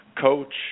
coach